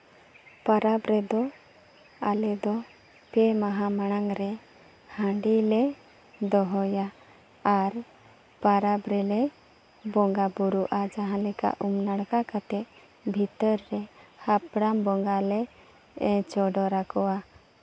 ᱯᱚᱨᱚᱵᱽ ᱨᱮᱫᱚ ᱟᱞᱮ ᱫᱚ ᱯᱮ ᱢᱟᱦᱟ ᱢᱟᱲᱟᱝ ᱨᱮ ᱦᱟᱺᱰᱤ ᱞᱮ ᱫᱚᱦᱚᱭᱟ ᱟᱨ ᱯᱚᱨᱚᱵᱽ ᱨᱮᱞᱮ ᱵᱚᱸᱜᱟᱼᱵᱳᱨᱳᱜᱼᱟ ᱡᱟᱦᱟᱸ ᱞᱮᱠᱟ ᱩᱢ ᱱᱟᱲᱠᱟ ᱠᱟᱛᱮ ᱵᱷᱤᱛᱟᱹᱨ ᱨᱮ ᱦᱟᱯᱲᱟᱢ ᱵᱚᱸᱜᱟ ᱞᱮ ᱪᱚᱰᱚᱨ ᱟᱠᱚᱣᱟ